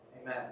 Amen